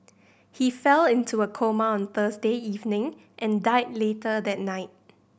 he fell into a coma on Thursday evening and died later that night